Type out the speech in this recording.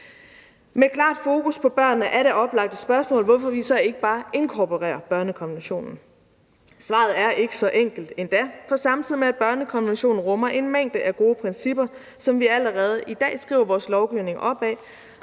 Med klart fokus på børnene er det oplagte spørgsmål, hvorfor vi så ikke bare inkorporerer børnekonventionen. Svaret er ikke så enkelt endda, for samtidig med at børnekonventionen rummer en mængde af gode principper, som vi allerede i dag skriver vores lovgivning op ad,